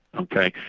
ok.